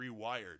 rewired